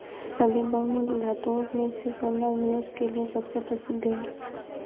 सभी बहुमूल्य धातुओं में से सोना निवेश के लिए सबसे प्रसिद्ध है